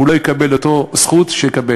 הוא לא יקבל את אותה זכות שיקבל,